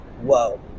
Whoa